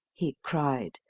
he cried.